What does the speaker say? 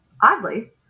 oddly